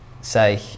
say